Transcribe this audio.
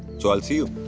so i'll see you.